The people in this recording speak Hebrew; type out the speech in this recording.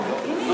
רבה.